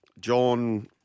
john